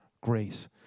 grace